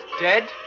dead